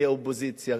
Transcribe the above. כאופוזיציה,